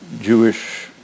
Jewish